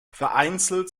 vereinzelt